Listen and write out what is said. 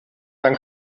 dann